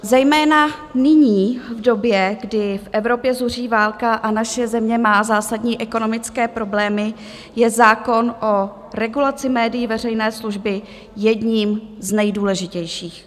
Zejména nyní, v době, kdy v Evropě zuří válka a naše země má zásadní ekonomické problémy, je zákon o regulaci médií veřejné služby jedním z nejdůležitějších.